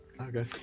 Okay